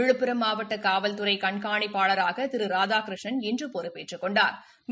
விழுப்புரம் மாவட்ட காவல்துறை கண்காணிப்பாளராக திரு ராதாகிருஷ்ணன் இன்று பொறுப்பேற்றுக் கொண்டாா்